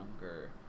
younger